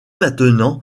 maintenant